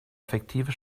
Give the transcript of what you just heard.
effektive